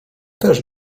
też